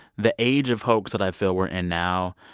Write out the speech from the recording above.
the age of hoax that i feel we're in now,